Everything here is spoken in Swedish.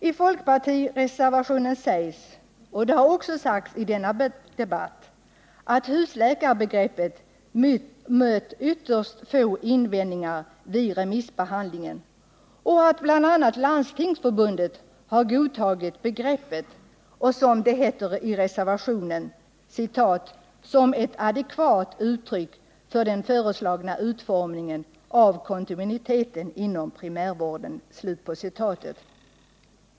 I folkpartireservationen sägs — och det har också sagts i denna debatt — att husläkarbegreppet mött ytterst få invändningar vid remissbehandlingen och att bl.a. Landstingsförbundet har godtagit begreppet, som det heter i reservationen ”som ett adekvat uttryck för den föreslagna utformningen av kontinuitet inom primärvården”.